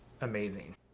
amazing